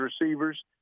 receivers